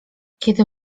kiedy